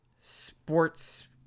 sports